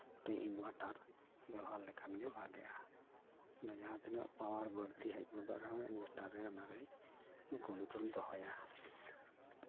inverter ᱵᱮᱵᱚᱦᱟᱨ ᱞᱮᱠᱷᱟᱱ ᱜᱮ ᱵᱷᱟᱜᱮᱜᱼᱟ ᱚᱸᱰᱮ ᱡᱟᱦᱟᱸ ᱛᱤᱱᱟᱹᱜ ᱯᱟᱣᱟᱨ ᱵᱟ ᱲᱛᱤ ᱦᱮᱡ ᱜᱚᱫᱚᱜ ᱨᱮᱦᱚᱸ ᱤᱱᱵᱷᱟᱴᱟᱨ ᱨᱮ ᱚᱱᱟᱨᱮᱭ ᱠᱚᱱᱴᱨᱳᱞ ᱫᱚᱦᱚᱭᱟ